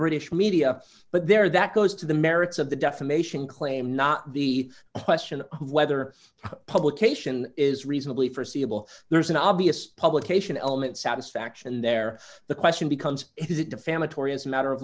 british media but there that goes to the merits of the defamation claim not the question of whether publication is reasonably forseeable there's an obvious publication element satisfaction there the question becomes is it defamatory as a matter of